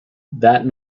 that